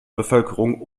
bevölkerung